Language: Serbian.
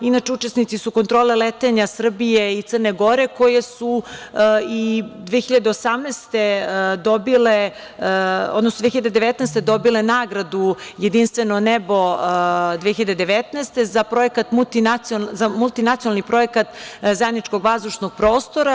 Inače, učesnici su kontrole letenja Srbije i Crne Gore koje su i 2018. godine dobile, odnosno 2019. godine dobile nagradu „Jedinstveno nebo 2019“ za multinacionalni projekat zajedničkog vazdušnog prostora.